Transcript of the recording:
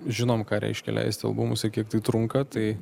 žinom ką reiškia leisti albumus ir kiek tai trunka tai